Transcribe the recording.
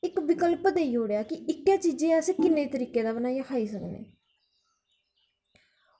इक्क विकल्प देई ओड़ेआ कि इक्क चीजै गी अस किन्ने तरीकै दा बनाइयै खाई सकने आं